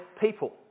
people